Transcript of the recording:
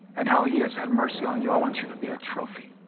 and how he has had mercy on you. i want you to be a trophy